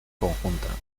conjunta